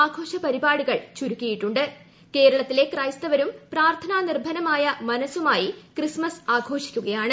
ആഘോഷപരിപാടികൾ കേരളത്തിലെ ക്രൈസ്തവരും പ്രാർത്ഥനാ നിർഭരമായി മനസ്സുമായി ക്രിസ്മസ് ആഘോഷിക്കുകയാണ്